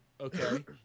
Okay